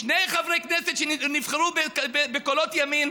שני חברי כנסת שנבחרו בקולות ימין,